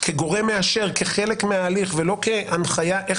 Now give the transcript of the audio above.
כגורם מאשר כחלק מההליך ולא כהנחיה איך